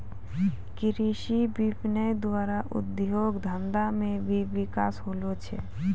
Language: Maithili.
कृषि विपणन द्वारा उद्योग धंधा मे भी बिकास होलो छै